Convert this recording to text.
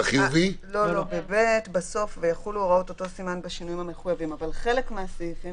שהוא לא חייב בבידוד או דברים מהסוג הזה.